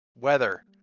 weather